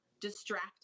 distract